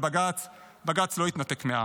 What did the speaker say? בג"ץ לא יתנתק מהעם.